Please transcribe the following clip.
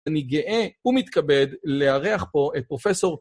אני גאה ומתכבד לארח פה את פרופסור...